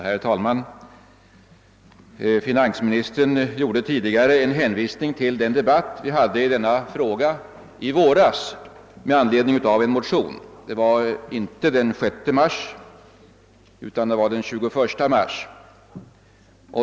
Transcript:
Herr talman! Finansministern hänvisade tidigare till den debatt vi hade i våras rörande denna fråga med anledning av en väckt motion. Det var inte den 6 utan den 21 mars.